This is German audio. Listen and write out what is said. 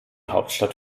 hauptstadt